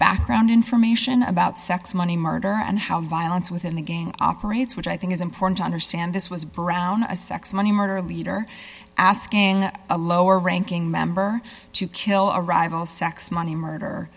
background information about sex money murder and how violence within the gang operates which i think is important to understand this was brown a sex money murder leader asking a lower ranking member to kill a rival sex money murder